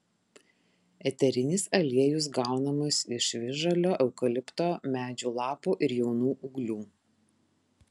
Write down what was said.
eterinis aliejus gaunamas iš visžalio eukalipto medžio lapų ir jaunų ūglių